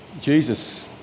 Jesus